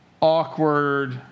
awkward